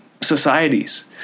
societies